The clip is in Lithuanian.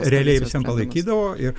realiai visiem palaikydavo ir